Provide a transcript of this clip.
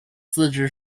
自治